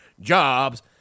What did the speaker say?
jobs